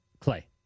Clay